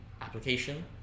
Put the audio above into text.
application